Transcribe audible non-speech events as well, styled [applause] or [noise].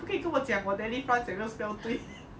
不可以跟我讲我 Delifrance 有没有 spell 对 [laughs]